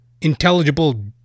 Intelligible